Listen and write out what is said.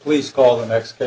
please call the next day